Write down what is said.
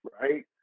right